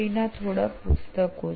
ના થોડા પુસ્તકો છે